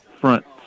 front